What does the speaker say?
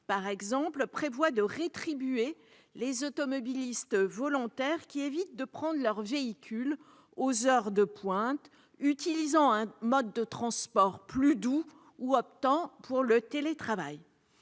par exemple, prévoit de rétribuer les automobilistes volontaires qui évitent de prendre leur véhicule aux heures de pointe, utilisant un mode de transport plus doux ou optant pour le télétravail.